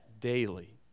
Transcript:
daily